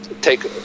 take